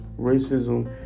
racism